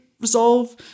resolve